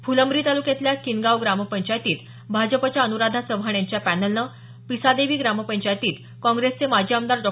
फुलंब्री तालुक्यातल्या किनगाव ग्रामपंचायतीत भाजपच्या अन्राधा चव्हाण यांच्या पॅनलनं पिसादेवी ग्रामपंचायतीत काँग्रेसचे माजी आमदार डॉ